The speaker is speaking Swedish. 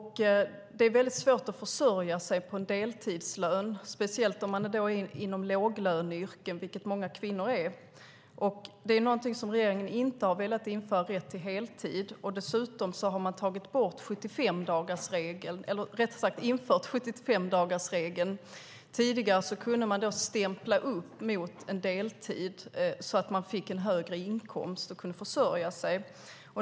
Det är svårt att försörja sig på en deltidslön, speciellt om man har ett låglöneyrke, vilket många kvinnor har. Rätt till heltid är någonting som regeringen inte har velat införa. Dessutom har man infört 75-dagarsregeln. Tidigare kunde man stämpla upp mot en deltid, så att man fick en högre inkomst och kunde försörja sig.